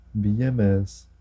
bms